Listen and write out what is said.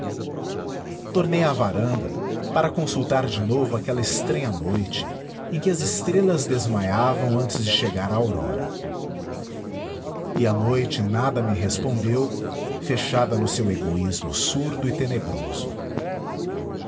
tornei à varanda para consultar de novo aquela estranha noite em que as estrelas desmaiavam antes de chegar a aurora e a noite nada me respondeu fechada no seu egoísmo surdo e tenebroso